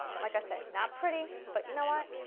like i said, not pretty but you know what?